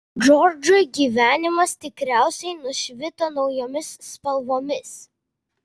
džordžui gyvenimas tikriausiai nušvito naujomis spalvomis